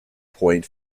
point